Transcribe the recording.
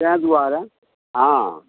तैं दुआरे हँ